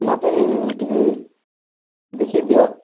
ନାତୁନି ଟିକେ ଦେଖିଦିଅ